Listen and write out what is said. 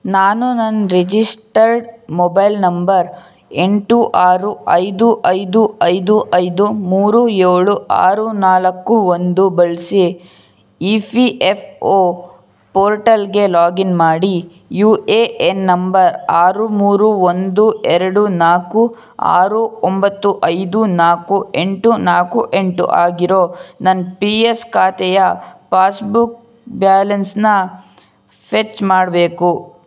ನಾನು ನನ್ನ registered mobile number ಎಂಟು ಆರು ಐದು ಐದು ಐದು ಐದು ಮೂರು ಏಳು ಆರು ನಾಲ್ಕು ಒಂದು ಬಳಸಿ ಇ ಫಿ ಎಪ್ ಓ ಪೋರ್ಟಲ್ಗೆ ಲಾಗಿನ್ ಮಾಡಿ ಯು ಎ ಎನ್ ನಂಬರ್ ಆರು ಮೂರು ಒಂದು ಎರಡು ನಾಲ್ಕು ಆರು ಒಂಬತ್ತು ಐದು ನಾಲ್ಕು ಎಂಟು ನಾಲ್ಕು ಎಂಟು ಆಗಿರೋ ನನ್ನ ಪಿ ಎಸ್ ಖಾತೆಯ ಪಾಸ್ಬುಕ್ ಬ್ಯಾಲೆನ್ಸನ್ನ ಫೆಚ್ ಮಾಡಬೇಕು